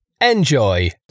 Enjoy